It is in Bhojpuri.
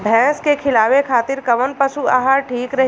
भैंस के खिलावे खातिर कोवन पशु आहार ठीक रही?